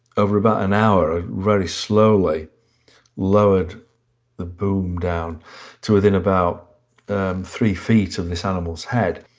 over about an hour, very slowly lowered the boom down to within about three feet of this animal's head.